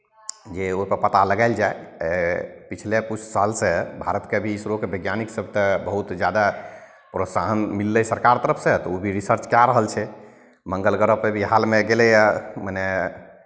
जे ओकर पता लगायल जा पछिले किछु सालसँ भारतके भी इसरोके वैज्ञानिक सभकेँ बहुत जादा प्रोत्साहन मिललै सरकारके तरफसँ तऽ ओ भी रिसर्च कए रहल छै मङ्गल ग्रहपर भी हालमे गेलैए मने